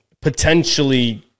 potentially